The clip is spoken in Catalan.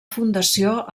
fundació